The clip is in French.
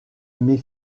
mais